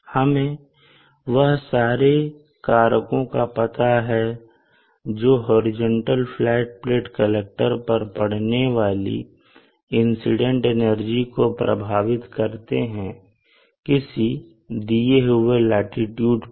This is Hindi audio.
हमें वह सारे कारकों का पता है जो हॉरिजॉन्टल फ्लैट प्लेट कलेक्टर पर पड़ने वाली इंसिडेंट एनर्जी को प्रभावित करते हैं किसी दिए हुए लाटीट्यूड पर